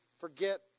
forget